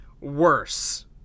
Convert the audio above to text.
worse